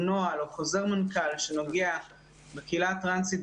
יש פה עוד סוגיה שקשורה למיצוי התקציב הזה,